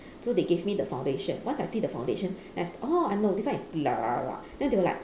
so they give me the foundation once I see the foundation then I was oh I know this one is then they were like